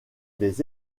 des